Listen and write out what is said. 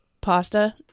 pasta